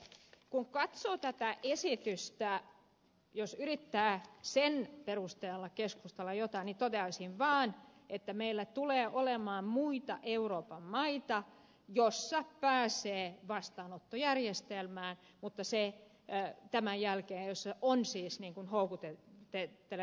kun katsoo tätä esitystä jos yrittää sen perusteella keskustella jotain niin toteaisin vaan että meillä tulee olemaan muita euroopan maita joissa pääsee vastaanottojärjestelmään ja joissa on tämän jälkeen siis houkuttelevammat olot